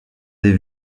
des